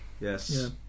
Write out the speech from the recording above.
yes